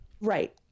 Right